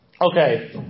Okay